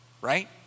right